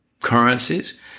currencies